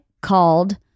called